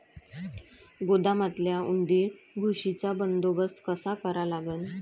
गोदामातल्या उंदीर, घुशीचा बंदोबस्त कसा करा लागन?